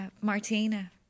Martina